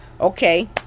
okay